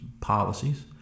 policies